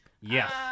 yes